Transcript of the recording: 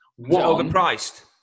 Overpriced